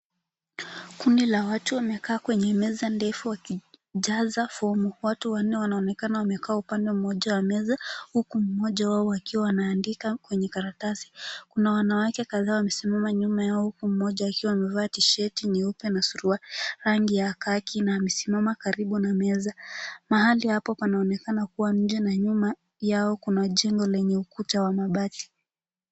Kundi la watu wamekaa kwenye meza ndefu wakijaza fomu. Watu wanne wanaonekana wamekaa upande mmoja wa meza huku mmoja wao akiwa anaandika kwenye karatasi . Kuna wanawake kadhaa wamesimama nyuma yao huku mmoja wao akiwa amevaa [c]tisheti[c] nyeupe na suruali rangi ya c]kaki[c] na amesimama karibu na meza. Mahali hapa panaonekana kuwa nje na nyuma yao kuna jengo lenye ukuta wa mabati.